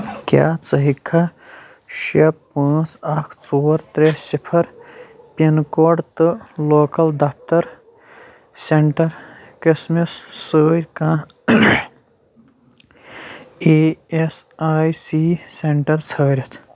کیٛاہ ژٕ ہیٚکِکھا شیٚے پانٛژھ اکھ ژور ترٛےٚ صِفر پِن کوڈ تہٕ لوکَل دفتر سینٹر قٕسمس سۭتۍ کانٛہہ E S I C centre ژھٲرِتھ؟